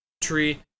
tree